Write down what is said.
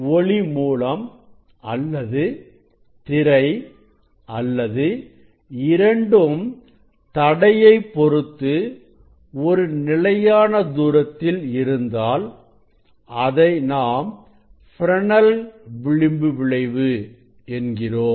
ஒளி மூலம் அல்லது திரை அல்லது இரண்டும் தடையை பொருத்து ஒரு நிலையான தூரத்தில் இருந்தால் அதை நாம் ஃப்ரெனெல் விளிம்பு விளைவு என்கிறோம்